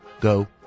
go